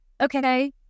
okay